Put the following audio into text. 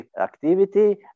activity